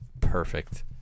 perfect